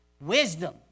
Wisdom